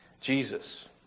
Jesus